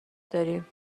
داریم